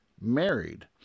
married